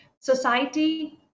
society